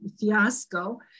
fiasco